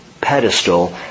pedestal